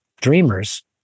dreamers